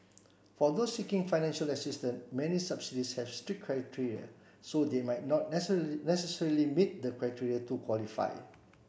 for those seeking financial assistance many subsidies have strict criteria so they might not necessarily meet the criteria to qualify